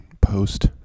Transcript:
post